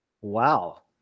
Wow